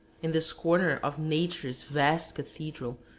in this corner of nature's vast cathedral,